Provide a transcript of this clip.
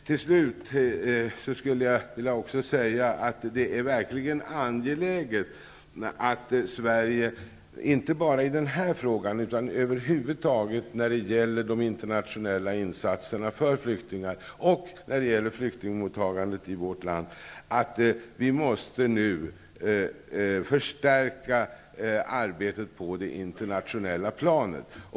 Till slut skulle jag vilja säga att det är verkligen angeläget att Sverige inte bara i den här frågan utan också över huvud taget när det gäller både internationella insatser för flyktingar och flyktingmottagandet i vårt land förstärker arbetet på det internationella planet.